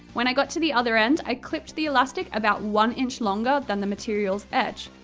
when i got to the other end, i clipped the elastic about one inch longer than the material's edge.